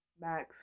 Max